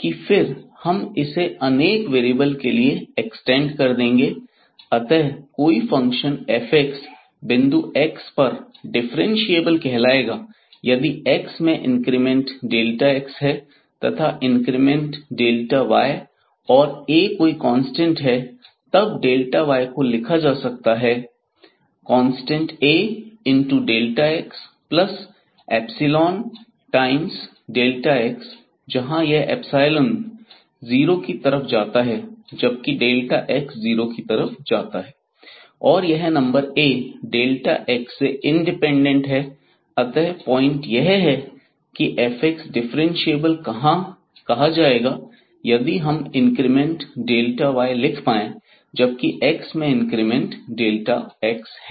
की फिर हम इसे अनेक वेरिएबल के लिए कर देंगे अतः कोई फंक्शन f बिंदु x पर डिफरेंशिएबल कहलायेगा यदि x में इंक्रीमेंट x है तथा इंक्रीमेंट y और A कोई कांस्टेंट है तब y को लिखा जा सकता है constant A into x plus epsilon times x जहां यह एप्सिलोन जीरो की तरफ जाता है जबकि x जीरो की तरफ जाता है और यह नंबर A x से इंडिपेंडेंट है अतः पॉइंट यह है की यह f डिफरेंशिएबल कहां जाएगा यदि हम इंक्रीमेंट y लिख पाए जबकि x में इंक्रीमेंट x है